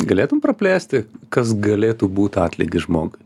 galėtum praplėsti kas galėtų būt atlygis žmogui